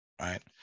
right